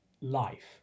life